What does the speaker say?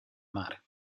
mare